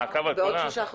בעוד שלושה חודשים.